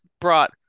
brought